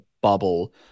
bubble